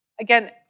again